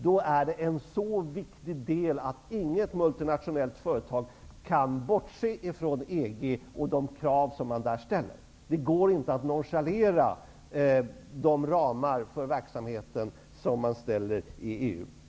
Det är en så viktig del att inget multinationellt företag kan bortse från EG och de krav man där ställer. Det går inte att nonchalera de ramar för verksamheten som man ställer i EU.